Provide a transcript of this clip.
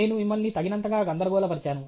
నేను మిమ్మల్ని తగినంతగా గందరగోళపరిచాను